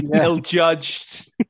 ill-judged